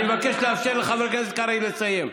אני מבקש לאפשר לחבר הכנסת קרעי לסיים.